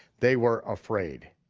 they were afraid.